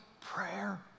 prayer